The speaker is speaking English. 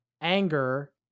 anger